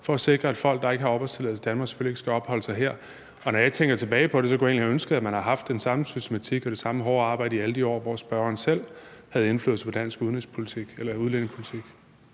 for at sikre, at folk, der ikke har opholdstilladelse i Danmark, selvfølgelig ikke skal opholde sig her. Og når jeg tænker tilbage på det, kunne jeg egentlig have ønsket mig, at man havde haft den samme systematik og det samme hårde arbejde i alle de år, hvor spørgeren selv havde indflydelse på dansk udlændingepolitik.